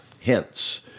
Hence